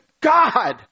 God